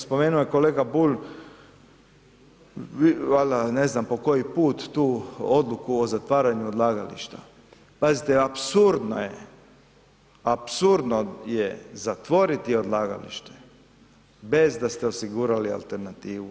Spomenuo je kolega Bulj, valjda ne znam po koji put tu odluku o zatvaranju odlagališta, pazite apsurdno je, apsurdno je zatvoriti odlagalište bez da ste osigurali alternativu.